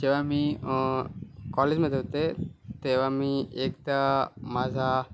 जेव्हा मी कॉलेजमध्ये होते तेव्हा मी एकदा माझा